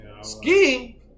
Skiing